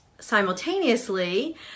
simultaneously